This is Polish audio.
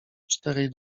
czterej